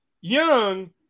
Young